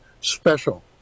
special